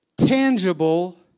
tangible